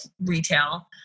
retail